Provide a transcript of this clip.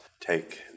take